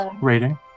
rating